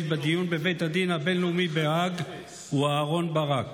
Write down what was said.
בדיון בבית הדין הבין-לאומי בהאג הוא אהרן ברק.